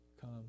come